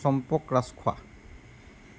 Champak Rajkhowa